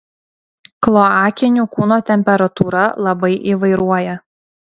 kloakinių kūno temperatūra labai įvairuoja